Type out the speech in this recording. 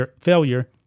failure